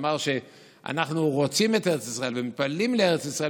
הוא אמר שאנחנו רוצים את ארץ ישראל ומתפללים לארץ ישראל